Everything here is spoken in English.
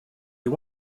you